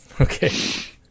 Okay